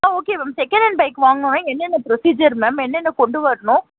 ஆ okay ma'am second hand bike வாங்கணும்னா என்னென்ன procedure ma'am என்னென்ன கொண்டு வரணும்